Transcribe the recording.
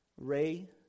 Ray